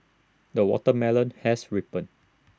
the watermelon has ripened